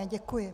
Děkuji.